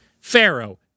pharaoh